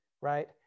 right